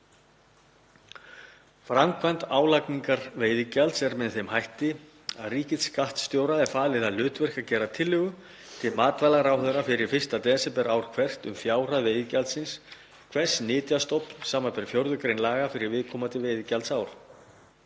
Framkvæmd álagningar veiðigjalds er með þeim hætti að ríkisskattstjóra er falið það hlutverk að gera tillögu til matvælaráðherra fyrir 1. desember ár hvert um fjárhæð veiðigjalds hvers nytjastofns, sbr. 4. gr. laga, fyrir viðkomandi veiðigjaldsár.